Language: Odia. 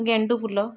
ଗେଣ୍ଡୁ ଫୁଲ